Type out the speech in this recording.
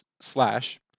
slash